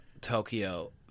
Tokyo